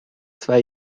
zwei